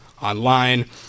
online